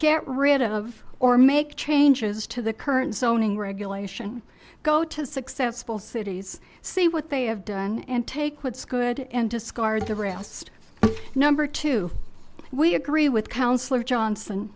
get rid of or make changes to the current zoning regulation go to successful cities see what they have done and take what's good and discard the rest number two we agree with councilor johnson